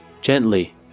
Gently